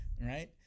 right